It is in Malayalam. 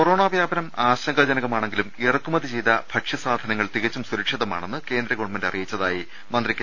കൊറോണ വ്യാപനം ആശങ്കാ ജനകമാണെങ്കിലും ഇറക്കുമതി ചെയ്ത ഭക്ഷ്യ വസ്തുക്കൾ തികച്ചും സുര ക്ഷിതമാണെന്ന് കേന്ദ്ര ഗവൺമെന്റ് അറിയിച്ചതായി മന്ത്രി കെ